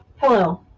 Hello